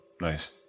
Nice